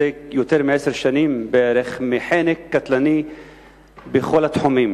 יותר מעשר שנים מחנק קטלני בכל התחומים,